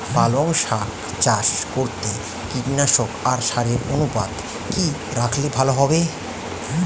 পালং শাক চাষ করতে কীটনাশক আর সারের অনুপাত কি রাখলে ভালো হবে?